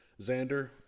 Xander